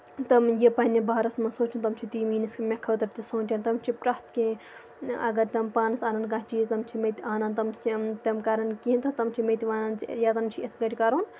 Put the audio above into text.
تٕم یہِ پَنٕنہِ بارَس منٛز سونچَن تِم چھِ تہِ میٲنِس مےٚ خٲطرٕ تہِ سونچان تِم چھِ پرٮ۪تھ کیٚنہہ اَگر تِم پانَس اَنن کانٛہہ چیٖز تِم چھِ مےٚ تہِ آنن تِم کرن کیٚنٛہہ تہٕ تِم چھِ مےٚ تہِ وَنان کہِ یَتھ زَن چھُ یِتھ کٲٹھۍ کرُن